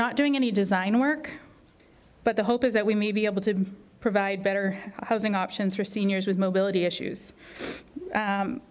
not doing any design work but the hope is that we may be able to provide better housing options for seniors with mobility issues